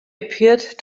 appeared